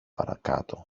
παρακάτω